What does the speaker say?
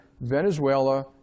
Venezuela